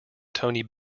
tony